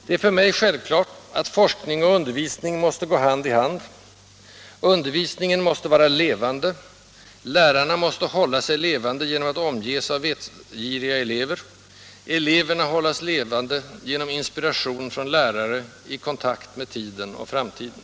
Det är för mig självklart att forskning och undervisning måste gå hand i hand: undervisningen måste vara levande, lärarna måste hålla sig levande genom att omges av vetgiriga elever, eleverna hållas levande genom inspiration från lärare i kontakt med tiden och framtiden.